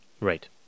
right